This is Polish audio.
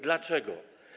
Dlaczego?